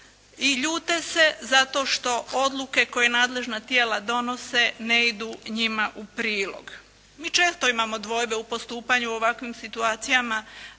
i ljute se zato što odluke koje nadležna tijela donose ne idu njima u prilog. Mi često imamo dvojbe u postupanju u ovakvim situacijama,